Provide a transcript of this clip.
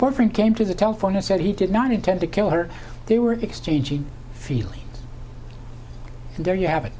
boyfriend came to the telephone and said he did not intend to kill her they were exchanging feelings and there you have it